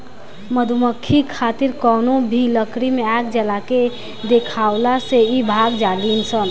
मधुमक्खी खातिर कवनो भी लकड़ी में आग जला के देखावला से इ भाग जालीसन